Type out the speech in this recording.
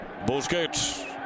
Busquets